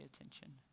attention